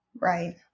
Right